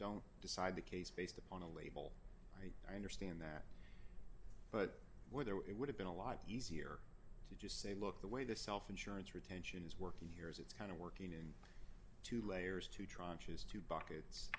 don't decide the case based upon a label right i understand that but whether it would have been a lot easier to just say look the way the self insurance retention is working years it's kind of working in two layers to try and choose two buckets